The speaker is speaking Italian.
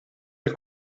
del